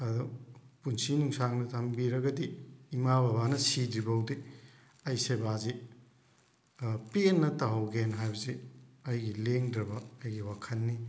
ꯑꯗꯣ ꯄꯨꯟꯁꯤ ꯅꯨꯡꯁꯥꯡꯅ ꯊꯝꯕꯤꯔꯒꯗꯤ ꯏꯃꯥ ꯕꯥꯕꯅ ꯁꯤꯗ꯭ꯔꯤꯐꯥꯎꯗꯤ ꯑꯩ ꯁꯦꯕꯥꯁꯤ ꯄꯦꯟꯅ ꯇꯧꯍꯧꯒꯦꯅ ꯍꯥꯏꯕꯁꯤ ꯑꯩꯒꯤ ꯂꯦꯡꯗ꯭ꯔꯕ ꯑꯩꯒꯤ ꯋꯥꯈꯟꯅꯤ